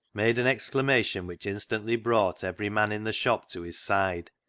made an exclamation which instantly brought every man in the shop to his side,